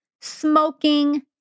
smoking